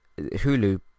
Hulu